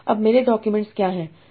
अब मेरे डॉक्यूमेंट्स क्या हैं